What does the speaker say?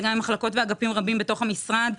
גם עם מחלקות ואגפים רבים בתוך המשרד,